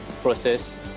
process